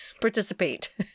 participate